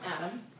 Adam